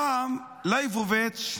פעם ליבוביץ'